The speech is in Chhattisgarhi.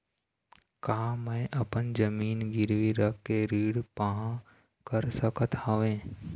का मैं अपन जमीन गिरवी रख के ऋण पाहां कर सकत हावे?